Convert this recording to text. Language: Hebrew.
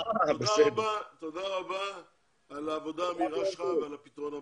תודה רבה על העבודה המהירה שלך ועל פתרון הבעיה.